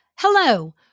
hello